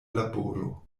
laboro